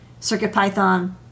CircuitPython